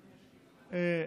ראשית,